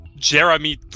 Jeremy